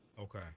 Okay